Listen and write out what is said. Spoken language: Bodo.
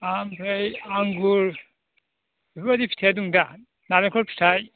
ओमफ्राय आंगुर बेफोरबायदि फिथाइया दंदा नारेंखल फिथाइ